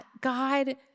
God